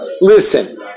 listen